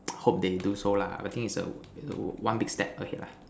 hope they do so lah I think is a is a one big step ahead lah